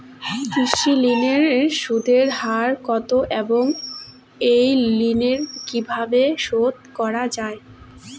কৃষি ঋণের সুদের হার কত এবং এই ঋণ কীভাবে শোধ করা য়ায়?